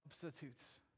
substitutes